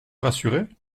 rassuré